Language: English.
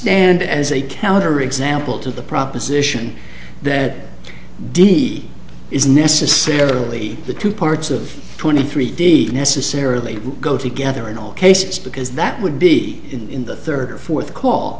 stand as a counterexample to the proposition that d is necessarily the two parts of twenty three d necessarily go together in all cases because that would be in the third or fourth call